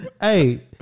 Hey